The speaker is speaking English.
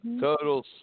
Total